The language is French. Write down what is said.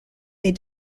est